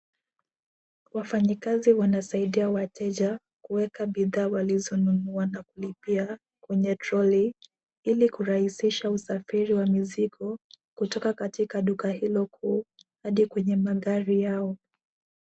Wafanyakazi wanasaidia wateja kuweka bidhaa walizonunua na kulipia kwenye troli, ili kurahisisha usafiri wa mizigo kutoka katika duka hilo kuu hadi kwenye mandhari yao.